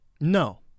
No